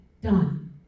done